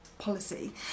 policy